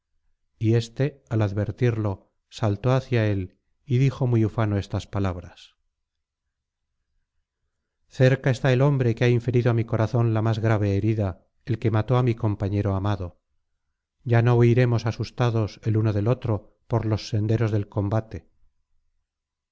y éste al advertirlo saltó hacia él y dijo muy ufano estas palabras cerca está el hombre que ha inferido á mi corazón la más grave herida el que mató á mi compañero amado ya no huiremos asustados el uno del otro por los senderos del combate